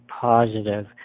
positive